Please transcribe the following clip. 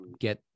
get